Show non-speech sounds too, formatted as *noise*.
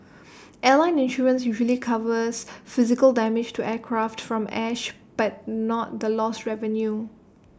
*noise* airline insurance usually covers physical damage to aircraft from ash but not the lost revenue